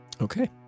okay